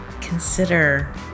consider